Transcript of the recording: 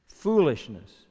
Foolishness